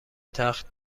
تخت